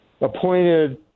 appointed